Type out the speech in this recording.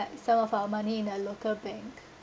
like some of our money in a local bank